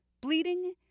bleeding